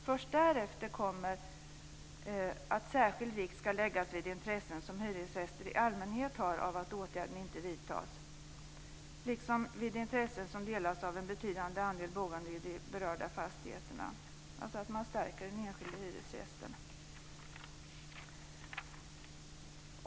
Först därefter kommer att särskild vikt ska läggas vid intressen som hyresgäster i allmänhet har av att åtgärden inte vidtas, liksom vid intressen som delas av ett betydande antal boende i de berörda fastigheterna, dvs. stärker den enskilde hyresgästens inflytande.